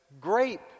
grape